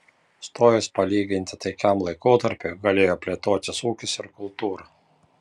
stojus palyginti taikiam laikotarpiui galėjo plėtotis ūkis ir kultūra